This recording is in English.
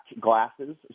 glasses